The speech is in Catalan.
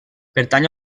pertany